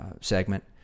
segment